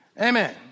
Amen